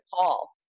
call